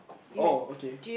oh okay